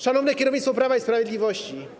Szanowne Kierownictwo Prawa i Sprawiedliwości!